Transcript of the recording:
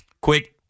quick